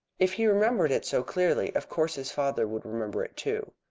if he remembered it so clearly, of course his father would remember it too.